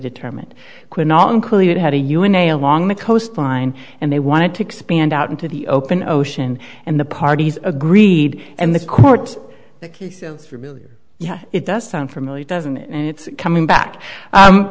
una along the coastline and they wanted to expand out into the open ocean and the parties agreed and the court the case of yeah it does sound familiar doesn't it and it's coming back